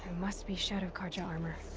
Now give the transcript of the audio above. must be shadow carja armor.